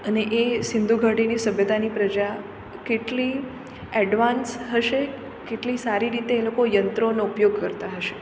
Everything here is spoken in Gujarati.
અને એ સિંધુ ઘાટીની સભ્યતાની પ્રજા કેટલી એડવાન્સ હશે કેટલી સારી રીતે એ લોકો યંત્રોનો ઉપયોગ કરતા હશે